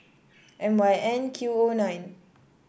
M Y N Q O nine